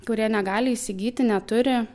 kurie negali įsigyti neturi